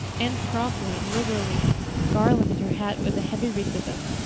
anne promptly and liberally garlanded her hat with a heavy wreath of them.